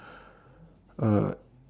uh